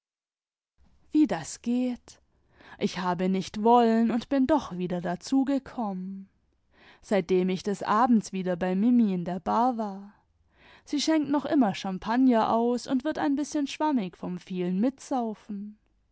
wie das geht ich habe nicht wollen und bin doch wieder dazu gekommen seitdem ich des abends wieder bei mimi in der bar war sie schenkt noch immer champagner aus und wird ein bißchen schwanunig vom vielen mitsaufen